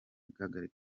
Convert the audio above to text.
igihagararo